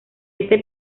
este